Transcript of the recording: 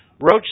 Roach